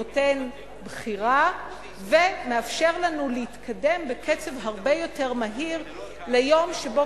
נותן בחירה ומאפשר לנו להתקדם בקצב הרבה יותר מהיר ליום שבו